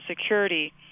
Security